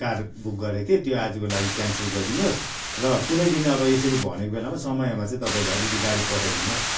car book गरेको थिएँ त्यो आजको लागि क्यान्सल गरिदिनुहोस् र कुनै दिन अब यसरी भनेको बेलामा समयमा चाहिँ तपाईँले अलिकति गाडी पठाइदिनुहोस्